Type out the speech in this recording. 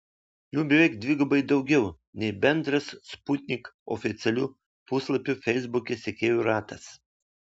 jų beveik dvigubai daugiau nei bendras sputnik oficialių puslapių feisbuke sekėjų ratas